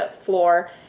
floor